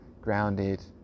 grounded